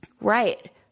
Right